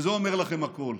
וזה אומר לכם הכול.